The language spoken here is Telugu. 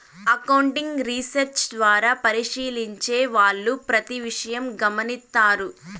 అకౌంటింగ్ రీసెర్చ్ ద్వారా పరిశీలించే వాళ్ళు ప్రతి విషయం గమనిత్తారు